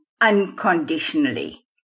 unconditionally